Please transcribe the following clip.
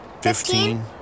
Fifteen